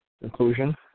conclusion